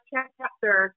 chapter